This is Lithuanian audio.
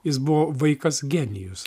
jis buvo vaikas genijus